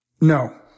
No